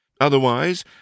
Otherwise